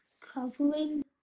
covering